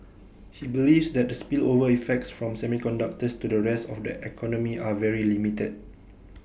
he believes that the spillover effects from semiconductors to the rest of the economy are very limited